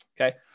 Okay